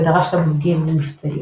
ודרש תמלוגים ממפיצי לינוקס.